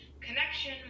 connection